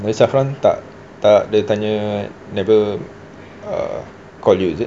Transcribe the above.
tak tak ada tanya never err call you is it